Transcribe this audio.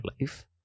Life